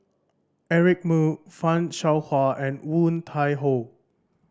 Eric Moo Fan Shao Hua and Woon Tai Ho